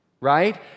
Right